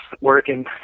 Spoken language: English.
working